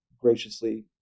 graciously